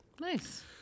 Nice